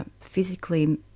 Physically